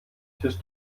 tisch